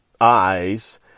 eyes